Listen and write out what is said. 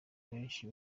benshi